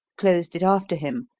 closed it after him,